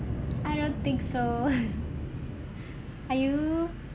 I don't think so are you